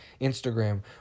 Instagram